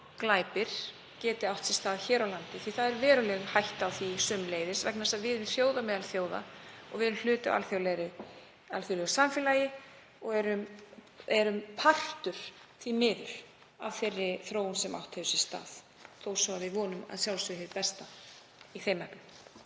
glæpir geti átt sér stað hér á landi, því að það er veruleg hætta á því. Sömuleiðis vegna þess að við erum þjóð á meðal þjóða og við erum hluti af alþjóðlegu samfélagi og erum því miður partur af þeirri þróun sem átt hefur sér stað, þó svo að við vonum að sjálfsögðu hið besta í þeim efnum.